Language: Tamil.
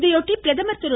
இதையொட்டி பிரதமர் திரு